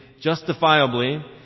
justifiably